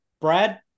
Brad